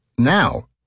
Now